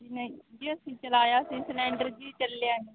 ਨਹੀਂ ਜੀ ਅਸੀਂ ਚਲਾਇਆ ਸੀ ਸਿਲੰਡਰ ਜੀ ਚੱਲਿਆ ਨਹੀਂ